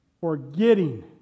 Forgetting